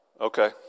Okay